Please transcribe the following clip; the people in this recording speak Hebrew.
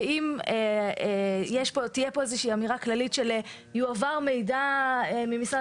ואם תהיה פה אמירה כללית שיועבר מידע ממשרד